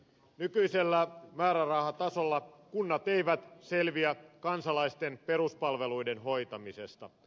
nykyisellä määrärahatasolla kunnat eivät selviä kansalaisten peruspalveluiden hoitamisesta